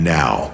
now